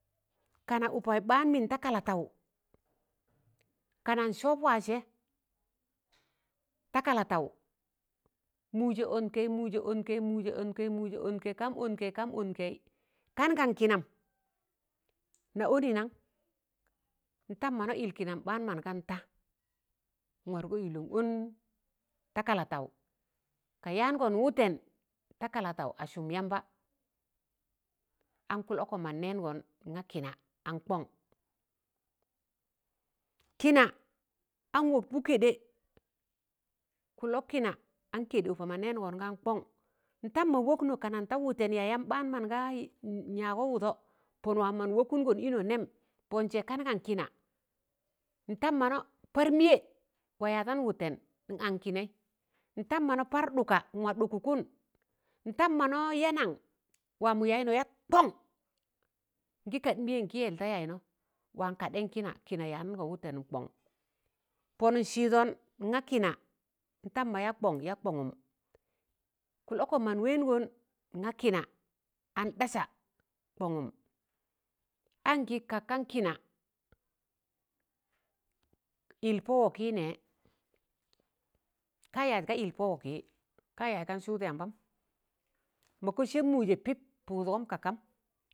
Kana ụpas ɓaan mịn da kalataụ kaman sọb wa sẹ, ta kalataụ mụụjẹ ọn kẹị, mụụjẹ ọn kẹị, mụụje ọn kẹị kaam ọn kẹị, kaam ọn kẹị, kaam ọn kẹị. Kan gan kịnam na ọnị nan? Ntam mana yịl kịnam ɓaan man gan ta n'wargọ ịlẹ n ọn kalataụ ta kalataụ, ka yaangọn wụten da kalataụ a sụm yamba, an kụlọkọm mọn nẹẹngọn nga kịna an kọn kịna an wọkmụ kẹɗẹ, kụlọk kịna an kẹɗẹ ụpan man nẹẹngọn gaa kọṇ; ntam ma wọknọ kanan ta wụtẹn yayam ɓaan man ga nyaagọ wụdọ pọn waam man wọkụngọn ịnọ nẹm pọn sẹ kan gan kịna ntam mana par mịyẹ wa yaadan wụtẹn n'aṇ kịnẹị. Ntam mana par ɗụka nwa dụkụkụn, ntam mana ya naṇ, wamọ yaịnọ yat kọṇ ngị kad mịyẹ ngị yẹl da yaịnọ wan kadẹyịn kịna kịna yadụngọ wụtẹnụm kọṇ pọn n'sịịdọn nga kịna ntam mọ ya kọṇ ya kọṇụm. Kụlọkọm mọn wẹẹngọn kịna an ɗasa kọṇụm, ankị kak kan kịna ịl pọ wọọkịị nẹẹ ka yaaz ga ịl pọ wọọkịị, ka yaaz gan sụụd yambam. Mọga sẹb mụụjị jẹ pịp pụụdgọm ka kam.